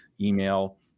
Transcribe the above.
email